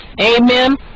amen